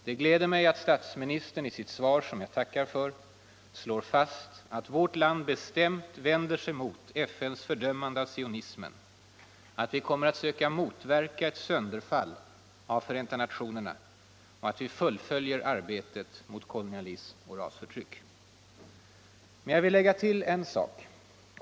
Det gläder mig att statsministern i sitt svar, som jag tackar för, slår fast att vårt land bestämt vänder sig mot FN:s fördömande av sionismen, att vi kommer att söka motverka ett sönderfall av Förenta nationerna och att vi fullföljer arbetet mot kolonialism och rasförtryck. Men jag vill lägga till en sak.